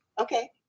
Okay